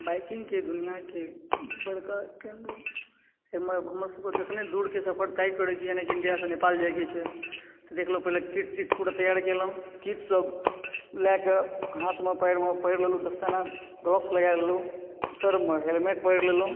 बाइकिङ्गके दुनिआके बड़का ट्रेन्ड एहिमे हमर सभके जखने दूरके सफर तय करै छी यानिकि इन्डियासँ नेपाल जाइके छै तऽ देखलहुँ कह किट तिट पूरा तैआर केलहुँ किटसभ लयके हाथमे पयरमे पहिर लेलहुँ दस्ताना ग्लोव्स लगै लेलहुँ सरमे हैलमेट पहिर लेलहुँ